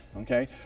okay